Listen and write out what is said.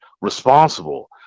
responsible